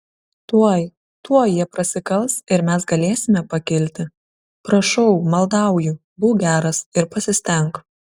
tuoj tuoj jie prasikals ir mes galėsime pakilti prašau maldauju būk geras ir pasistenk